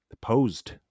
posed